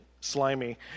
slimy